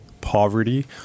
poverty